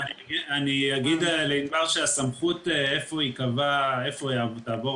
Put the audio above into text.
אני אגיד לענבר שהסמכות איפה ייקבע איפה תעבור